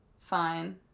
Fine